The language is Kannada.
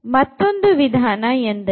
ಮತ್ತೊಂದು ವಿಧಾನ ಎಂದರೆ matrix inversion